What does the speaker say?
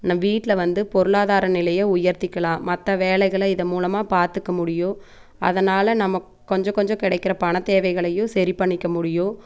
நம் வீட்டில வந்து பொருளாதார நிலைய உயர்த்திக்கலான் மற்ற வேலைகளை இதை மூலமாக பார்த்துக்க முடியும் அதனால் நம்ம கொஞ்சம் கொஞ்சம் கிடைக்குற பணத்தேவைகளையும் சரிபண்ணிக்க முடியும்